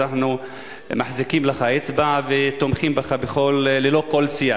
אנחנו מחזיקים לך אצבעות ותומכים בך ללא כל סייג.